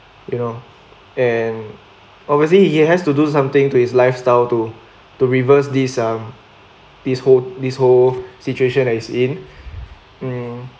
you know and obviously he has to do something to his lifestyle to to reverse this um this whole this whole situation as he is in mm